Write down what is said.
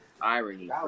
Irony